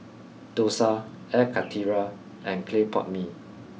Dosa Air Karthira and Clay Pot Mee